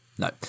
No